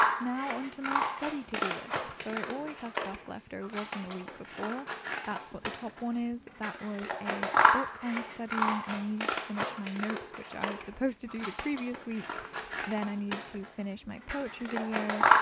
now on to my study to-do list so i always have stuff left over from the week before that's what the top one is. that was a book i'm studying and i needed to finish my notes, which i was supposed to do the previous week then i needed to finish my poetry video ah,